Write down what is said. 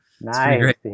nice